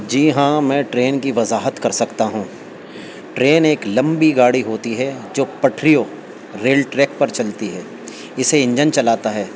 جی ہاں میں ٹرین کی وضاحت کر سکتا ہوں ٹرین ایک لمبی گاڑی ہوتی ہے جو پٹریوں ریل ٹریک پر چلتی ہے اسے انجن چلاتا ہے